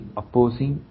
opposing